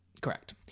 Correct